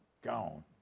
Gone